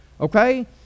Okay